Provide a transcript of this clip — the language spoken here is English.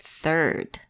third